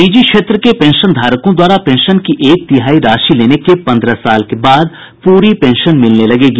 निजी क्षेत्र के पेंशनधारकों द्वारा पेंशन की एक तिहाई राशि लेने के पंद्रह साल के बाद पूरी पेंशन मिलने लगेगी